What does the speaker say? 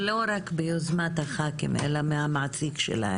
זה לא רק ביוזמת חברי הכנסת, אלא מהמעסיק שלהם.